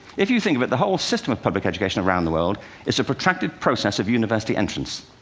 if you think of it, the whole system of public education around the world is a protracted process of university entrance.